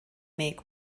make